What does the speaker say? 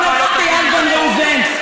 חבר הכנסת איל בן ראובן,